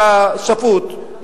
אתה שפוט,